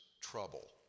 trouble